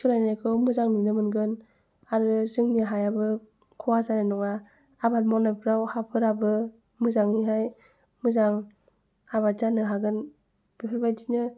सोलायनायखौ मोजां नुनो मोनगोन आरो जोंनि हायाबो ख'हा जानाय नङा आबाद मावनायफ्राव हाफोराबो मोजाङैहाय मोजां आबाद जानो हागोन बिफोरबायदिनो